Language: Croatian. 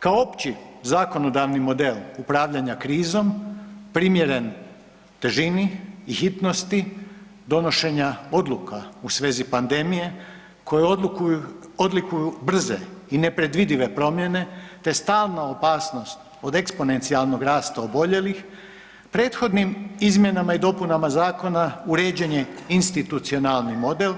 Kao opći zakonodavni model upravljanja krizom primjeren težini i hitnosti donošenja odluka u svezi pandemije koju odlikuju brze i nepredvidive promjene te stalna opasnost od eksponencijalnog rasta oboljelih prethodnim izmjenama i dopunama zakona uređen je institucionalni model